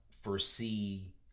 foresee